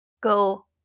go